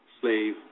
Slave